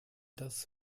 das